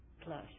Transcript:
plus